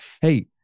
Hey